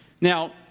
Now